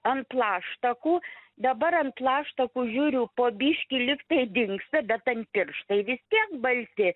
ant plaštakų dabar ant plaštakų žiūriu po biškį lygtai dingsta bet pirštai vis tiek balti